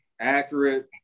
accurate